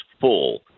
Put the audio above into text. full